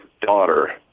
daughter